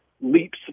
leaps